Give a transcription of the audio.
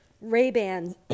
Ray-Bans